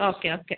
okay okay